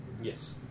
Yes